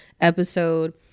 episode